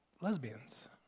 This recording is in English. Lesbians